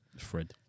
Fred